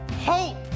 Hope